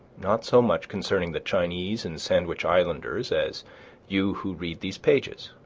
not so much concerning the chinese and sandwich islanders as you who read these pages,